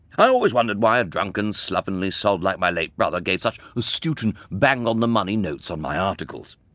i always wondered why a drunken, slovenly sod like my late brother gave such astute and bang-on-the-money notes on my articles.